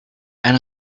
and